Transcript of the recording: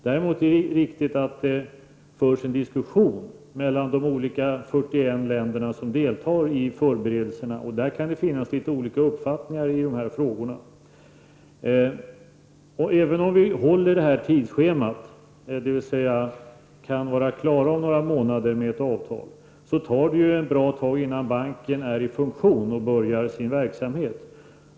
Däremot är det riktigt att det förs en diskussion mellan de 41 olika länder som deltar i förberedelserna, och där kan det finnas litet olika uppfattningar i de här frågorna. Även om vi håller tidschemat, dvs. kan vara klara med ett avtal om några månader, tar det ett bra tag innan banken är i funktion och börjar sin verksamhet.